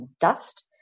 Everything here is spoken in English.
dust